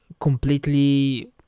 completely